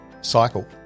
cycle